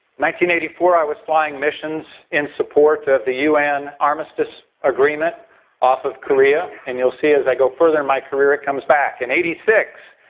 eighty four i was flying missions in support of the un armistice agreement off of korea and you'll see as i go further in my career, it comes back. in eighty six,